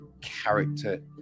character